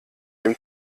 dem